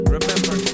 Remember